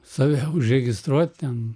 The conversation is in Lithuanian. save užregistruot ten